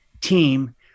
team